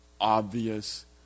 obvious